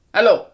Hello